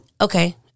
okay